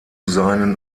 seinen